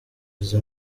izi